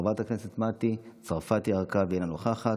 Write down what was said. חברת הכנסת מטי צרפתי הרכבי, אינה נוכחת,